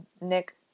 Nick